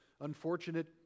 unfortunate